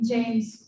James